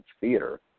theater